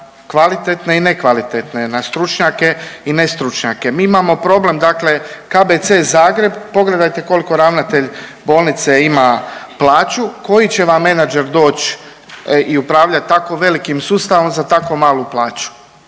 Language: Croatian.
kvalitetne i nekvalitetne, na stručnjake i nestručnjake. Mi imamo problem, dakle KBC Zagreb pogledajte koliko ravnatelj bolnice ima plaću. Koji će vam menadžer doći i upravljati tako velikim sustavom za tako malu plaću?